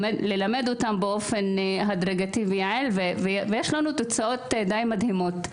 ללמד אותנו באופן הדרגתי ויעיל ויש לנו תוצאות די מדהימות.